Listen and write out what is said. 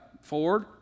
Ford